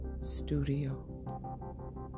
Studio